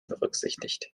berücksichtigt